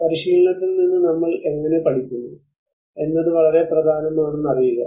പരിശീലനത്തിൽ നിന്ന് നമ്മൾ എങ്ങനെ പഠിക്കുന്നു എന്നത് വളരെ പ്രധാനമാണെന്ന് അറിയുക